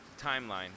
timeline